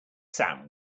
sam